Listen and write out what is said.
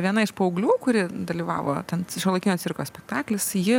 viena iš paauglių kuri dalyvavo ten šiuolaikinio cirko spektaklis ji